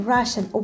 Russian